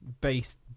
based